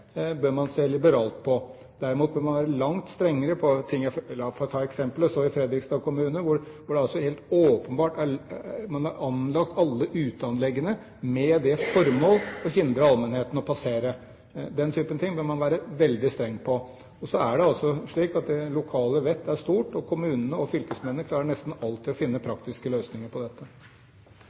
bør man se liberalt på. Derimot bør man være langt strengere på andre områder. La meg få ta et eksempel fra Fredrikstad kommune, hvor det er helt åpenbart at man har anlagt alle uteanleggene med det formål å hindre allmennheten i å passere. Den typen ting bør man være veldig streng på. Så er det altså slik at det lokale vettet er stort, og kommunene og fylkeskommunene klarer nesten alltid å finne praktiske løsninger på dette.